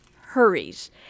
hurries